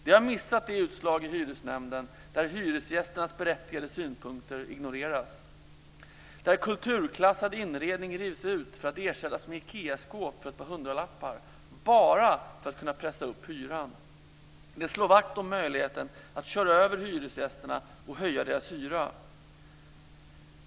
De har missat de utslag i hyresnämnden där hyresgästernas berättigade synpunkter ignoreras, där kulturklassad inredning rivs ut för att ersättas med Ikeaskåp för ett par hundralappar bara för att fastighetsägarna ska kunna pressa upp hyran. De slår vakt om möjligheten att köra över hyresgästerna och höja deras hyra.